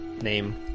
name